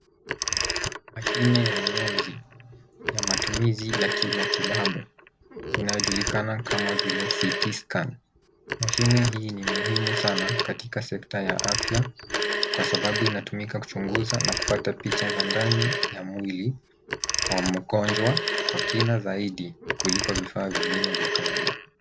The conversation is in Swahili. Mashine ya miyonzi ya matumizi ya kimatibabu inayojulikana kama vile CT scans . Mashine hii ni muhimu sana katika sekta ya afya kwa sababu inatumika kuchunguza na kupata picha za ndani ya mwili wa mgonjwa kwa kina zaidi kuliko vifaa vingine vya kawaida.